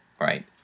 right